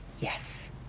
yes